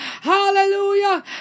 Hallelujah